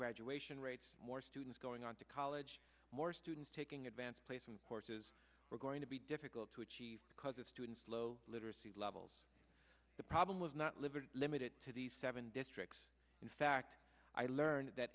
graduation rates more students going on to college more students taking advanced placement courses were going to be difficult to achieve because of students low literacy levels the problem was not livered limited to these seven districts in fact i learned that